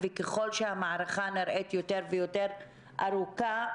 וככל שהמערכה נראית יותר ויותר ארוכה,